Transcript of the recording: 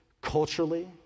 culturally